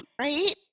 right